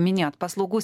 minėjot paslaugų